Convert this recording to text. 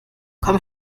komm